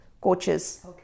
coaches